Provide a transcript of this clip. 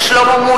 (קוראת בשמות חברי הכנסת) שלמה מולה,